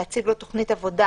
להציג לו תוכנית עבודה